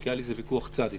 כי היה לי איזה ויכוח צד איתם.